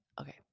Okay